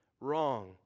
wrong